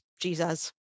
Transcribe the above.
Jesus